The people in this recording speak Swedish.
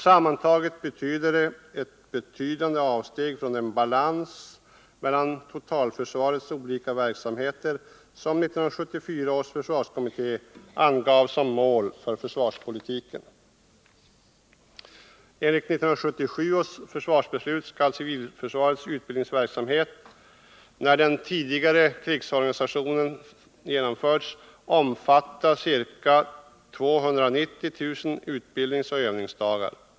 Sammantaget betyder detta ett betydande avsteg från den balans mellan totalförsvarets olika verksamheter som 1974 års försvarskommitté angav som mål för försvarspolitiken. Enligt 1977 års försvarsbeslut skall civilförsvarets utbildningsverksamhet, när den tidigare fastställda krigsorganisationen genomförts, omfatta ca 290 000 utbildningsoch övningsdagar.